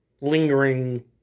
lingering